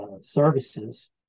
services